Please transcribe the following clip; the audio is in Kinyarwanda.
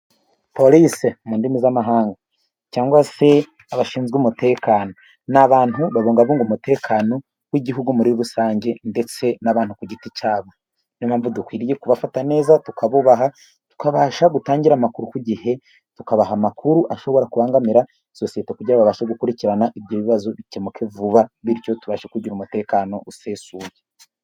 Porisi mu ndimi z'amahanga cyangwa se abashinzwe umutekano n'abantu babungabunga umutekano w'igihugu muri rusange ndetse n'abantu ku giti cyabo. Niyo mpamvu dukwiriye kubafata neza tukabubaha, tukabasha gutangira amakuru ku gihe, tukabaha amakuru ashobora kubangamira sosiyete kugira babashe gukurikirana ibyo bibazo bikemuke vuba bityo tubashe kugira umutekano usesuye.